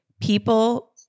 People